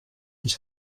ich